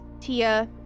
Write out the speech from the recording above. Tia